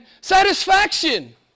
satisfaction